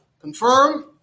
confirm